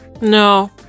No